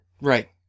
Right